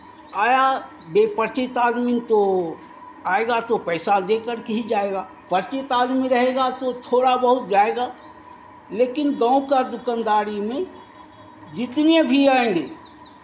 आया बेपरिचित आदमी तो आएगा तो पैसा देकर के ही जाएगा परिचित आदमी रहेगा तो थोड़ा बहुत जाएगा लेकिन गाँव का दुकानदारी में जितने भी आएँगे